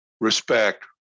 respect